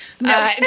no